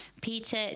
Peter